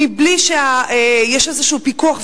מבלי שיש איזה פיקוח.